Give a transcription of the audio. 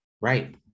right